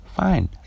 Fine